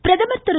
பிரதமர் திரு